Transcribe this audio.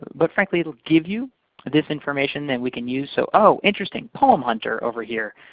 but frankly, it'll give you this information that we can use. so oh. interesting poemhunter over here.